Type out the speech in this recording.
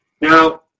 Now